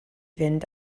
fynd